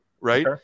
right